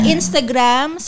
Instagram